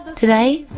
today,